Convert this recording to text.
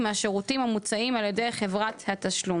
על כל סכום בחשבון מעל 10 אלף שקלים חדשים"".